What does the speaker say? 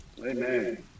Amen